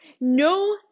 No